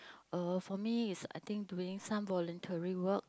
uh for me is I think doing some voluntary work